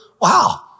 Wow